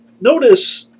Notice